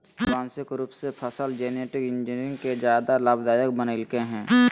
आनुवांशिक रूप से फसल जेनेटिक इंजीनियरिंग के ज्यादा लाभदायक बनैयलकय हें